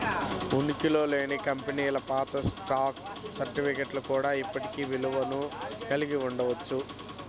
ఉనికిలో లేని కంపెనీల పాత స్టాక్ సర్టిఫికేట్లు కూడా ఇప్పటికీ విలువను కలిగి ఉండవచ్చు